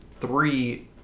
three